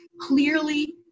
clearly